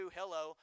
hello